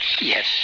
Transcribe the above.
Yes